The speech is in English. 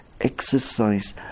exercise